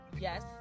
yes